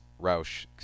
Roush